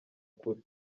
kure